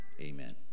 Amen